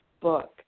book